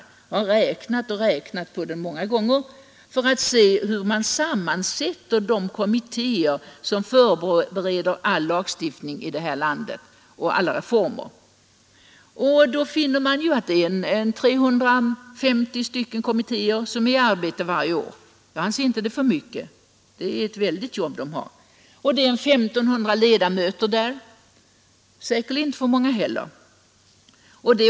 Jag har räknat och räknat på den många gånger för att se hur man sammansätter de kommittéer som förbereder all lagstiftning och alla reformer i det här landet. Jag har då funnit att det varje år är ca 300 kommittéer i arbete — jag anser inte att det är för mycket; de har ett väldigt jobb. Det är ca 1 500 ledamöter i dessa kommittéer — de är säkerligen inte heller för många.